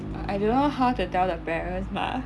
err I don't know how to tell the parents mah